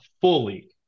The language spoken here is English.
fully